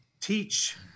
teach